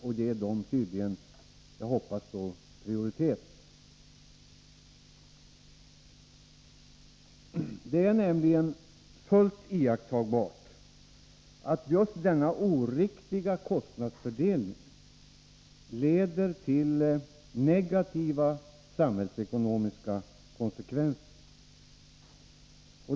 Jag hoppas att dessa då ges hög prioritet. Det är nämligen fullt iakttagbart att just den felaktiga kostnadsfördelningen leder till negativa samhällsekonomiska konsekvenser.